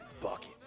buckets